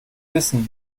wissen